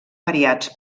variats